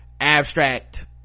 abstract